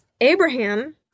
Abraham